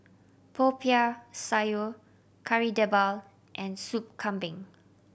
Popiah Sayur Kari Debal and Soup Kambing